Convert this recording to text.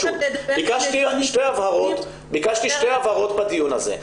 ביקשתי שתי הבהרות בדיון הזה,